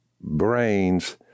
brains